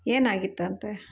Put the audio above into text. ಏನಾಗಿತ್ತಂತೆ